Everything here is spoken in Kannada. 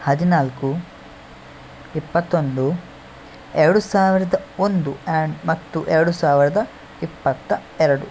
ಹದಿನಾಲ್ಕು ಇಪ್ಪತ್ತೊಂದು ಎರಡು ಸಾವಿರದ ಒಂದು ಆ್ಯಂಡ್ ಮತ್ತು ಎರಡು ಸಾವಿರದ ಇಪ್ಪತ್ತ ಎರಡು